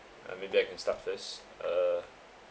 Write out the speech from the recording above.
uh maybe I can start first uh